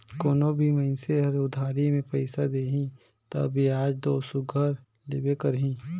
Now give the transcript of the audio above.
कोनो भी मइनसे हर उधारी में पइसा देही तब बियाज दो सुग्घर लेबे करही